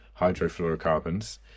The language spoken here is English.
hydrofluorocarbons